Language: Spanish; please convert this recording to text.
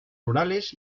rurales